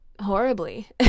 Horribly